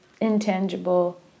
intangible